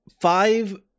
five